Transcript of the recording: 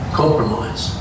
compromise